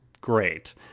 great